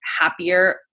happier